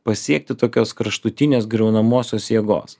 pasiekti tokios kraštutinės griaunamosios jėgos